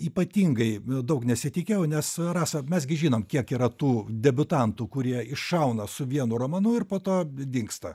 ypatingai daug nesitikėjau nes rasa mes gi žinom kiek yra tų debiutantų kurie iššauna su vienu romanu ir po to dingsta